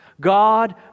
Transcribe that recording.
God